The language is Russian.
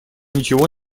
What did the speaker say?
ничего